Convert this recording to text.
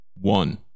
One